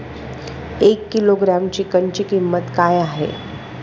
एक किलोग्रॅम चिकनची किंमत काय आहे?